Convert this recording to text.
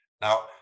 Now